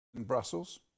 Brussels